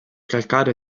calcare